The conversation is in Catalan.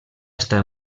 està